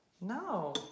No